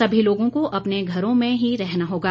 सभी लोगों को अपने घरों में ही रहना होगा